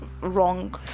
wrong